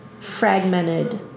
fragmented